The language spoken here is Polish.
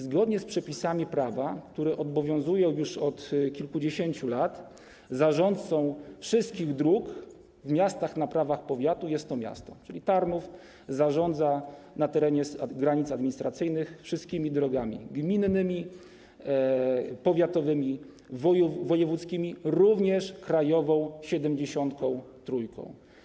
Zgodnie z przepisami prawa, które obowiązują już od kilkudziesięciu lat, zarządcą wszystkich dróg w miastach na prawach powiatu jest miasto, czyli Tarnów zarządza na terenie granic administracyjnych wszystkimi drogami gminnymi, powiatowymi, wojewódzkimi, również drogą krajową nr 73.